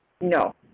No